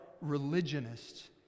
religionists